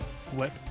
Flip